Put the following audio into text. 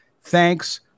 Thanks